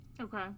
Okay